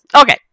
Okay